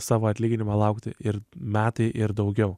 savo atlyginimo laukti ir metai ir daugiau